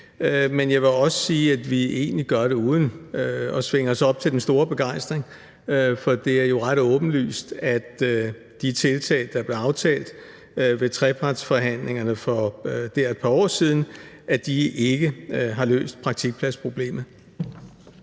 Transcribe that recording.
Men jeg vil også sige, at vi egentlig gør det uden at svinge os op til den store begejstring, for det er jo ret åbenlyst, at de tiltag, der blev aftalt ved trepartsforhandlingerne der for et par år siden, ikke har løst praktikpladsproblemet.